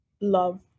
love